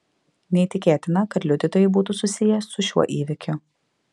neįtikėtina kad liudytojai būtų susiję su šiuo įvykiu